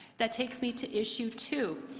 that takes me to issue two.